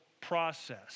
process